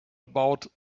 about